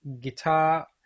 guitar